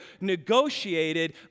negotiated